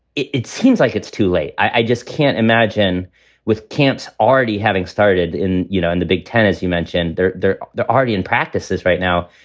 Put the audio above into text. it it seems like it's too late. i just can't imagine with camps already having started in you know in the big ten, as you mentioned, they're they're already in practices right now.